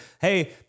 hey